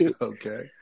okay